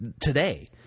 today